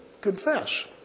confess